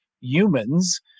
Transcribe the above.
humans